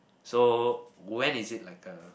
so when is it like the